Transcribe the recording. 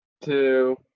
two